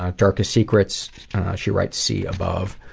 ah darkest secrets she writes, see above.